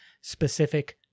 specific